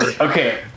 Okay